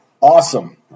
awesome